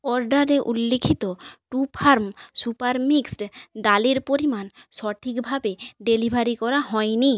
অর্ডারে উল্লিখিত Truefarm super mixed ডালের পরিমাণ সঠিকভাবে ডেলিভারি করা হয়নি